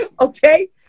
Okay